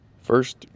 First